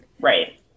Right